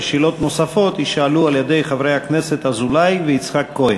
ושאלות נוספות יישאלו על-ידי חברי הכנסת אזולאי ויצחק כהן.